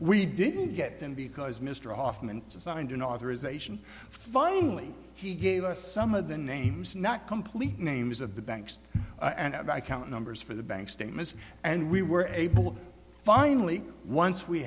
we didn't get them because mr hoffman signed an authorization finally he gave us some of the names not complete names of the banks and of account numbers for the bank statements and we were able finally once we